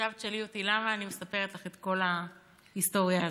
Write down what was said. עכשיו תשאלי אותי למה אני מספרת לך את כל ההיסטוריה הזאת.